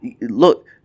look